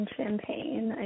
Champagne